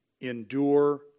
endure